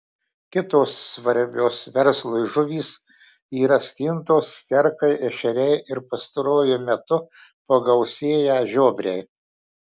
kitos svarbios verslui žuvys yra stintos sterkai ešeriai ir pastaruoju metu pagausėję žiobriai